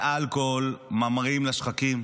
לאלכוהול, ממריאים לשחקים.